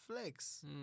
Flex